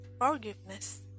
forgiveness